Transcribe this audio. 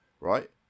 right